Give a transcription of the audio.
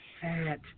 fat